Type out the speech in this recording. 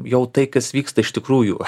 jau tai kas vyksta iš tikrųjų